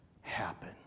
happen